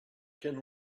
can